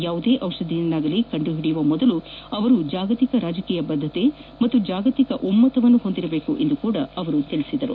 ಯಾವುದೇ ದಿಷಧವನ್ನು ಕಂಡುಹಿಡಿಯುವ ಮೊದಲು ಅವರು ಜಾಗತಿಕ ರಾಜಕೀಯ ಬದ್ದತೆ ಮತ್ತು ಜಾಗತಿಕ ಒಮ್ನತವನ್ನು ಹೊಂದಿರಬೇಕು ಎಂದು ಅವರು ಹೇಳಿದರು